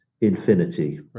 infinity